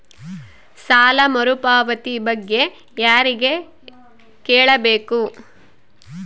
ಸಾಲ ಮರುಪಾವತಿ ಬಗ್ಗೆ ಯಾರಿಗೆ ಕೇಳಬೇಕು?